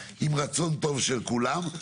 עם רצון טוב של כולם.